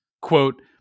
quote